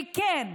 וכן,